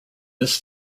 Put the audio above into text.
this